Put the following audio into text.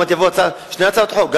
ועוד מעט יבואו שתי הצעות חוק,